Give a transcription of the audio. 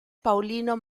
paulino